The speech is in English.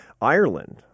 Ireland